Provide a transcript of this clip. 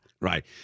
Right